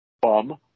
Bum